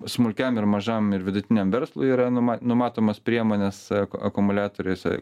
smulkiam ir mažam ir vidutiniam verslui yra numa numatomos priemonės akumuliatoriuose